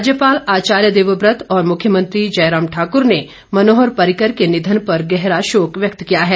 राज्यपाल आचार्य देवव्रत और मुख्यमंत्री जयराम ठाक्र ने मनोहर पर्रिकर के निधन पर गहरा शोक व्यक्त किया है